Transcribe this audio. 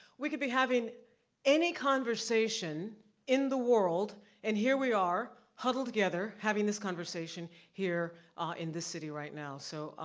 we could be having any conversation in the world and here we are, huddled together, having this conversation here in this city right now. so,